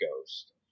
Ghost